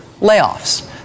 layoffs